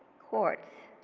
courts,